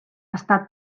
està